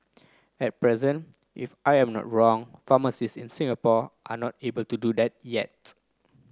at present if I am not wrong pharmacist in Singapore are not able to do that yet